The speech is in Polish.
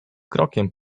krokiem